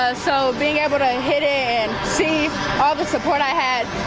ah so so being able to hit and c all the support i had.